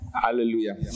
hallelujah